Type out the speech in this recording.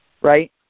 right